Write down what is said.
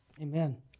Amen